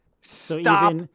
Stop